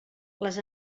les